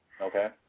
Okay